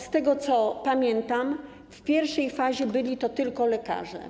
Z tego co pamiętam, w pierwszej fazie byli to tylko lekarze.